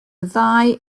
ddau